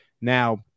Now